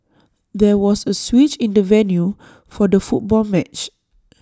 there was A switch in the venue for the football match